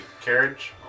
carriage